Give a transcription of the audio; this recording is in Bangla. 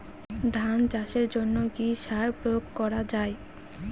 ধান চাষের জন্য কি কি সার প্রয়োগ করা য়ায়?